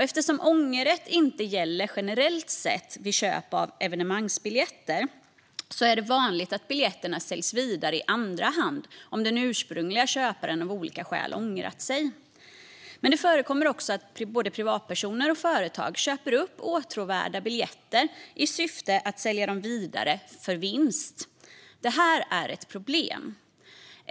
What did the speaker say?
Eftersom ångerrätt inte gäller generellt sett vid köp av evenemangsbiljetter är det vanligt att biljetter säljs vidare i andra hand om den ursprungliga köparen av olika skäl ångrat sig. Men det förekommer också att både privatpersoner och företag köper upp åtråvärda biljetter för att sälja dem vidare i vinstsyfte. Det här är ett problem.